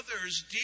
others